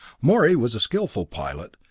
morey was a skillful pilot,